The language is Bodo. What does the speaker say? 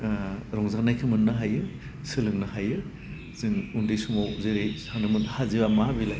रंजानायखौ मोननो हायो सोलोंनो हायो जों उन्दै समाव जेरै सानोमोन हाजोआ मा बेलाय